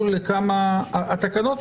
זה לא אומר שבהכרח צריך להפריד,